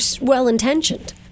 well-intentioned